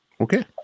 Okay